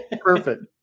Perfect